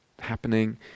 happening